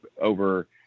over